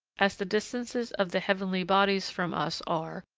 as the distances of the heavenly bodies from us are,